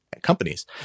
Companies